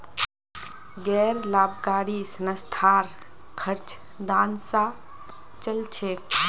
गैर लाभकारी संस्थार खर्च दान स चल छेक